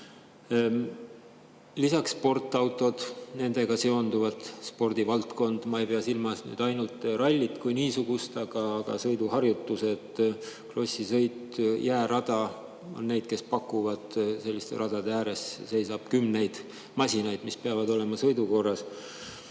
Lisaks on sportautod, nendega seondub spordivaldkond. Ma ei pea silmas ainult rallit kui niisugust, aga on ka sõiduharjutused, krossisõit, jäärada. On neid, kes seda pakuvad. Selliste radade ääres seisab kümneid masinaid, mis peavad olema sõidukorras.